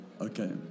Okay